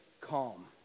calm